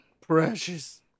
Precious